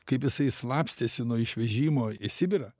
kaip jisai slapstėsi nuo išvežimo į sibirą